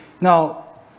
now